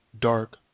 dark